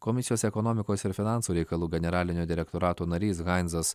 komisijos ekonomikos ir finansų reikalų generalinio direktorato narys hainsas